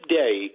day